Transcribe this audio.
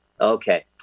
Okay